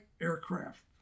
aircraft